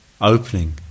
opening